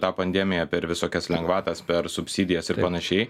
tą pandemiją per visokias lengvatas per subsidijas ir panašiai